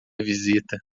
visita